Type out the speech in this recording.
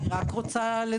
אני רק רוצה לדייק.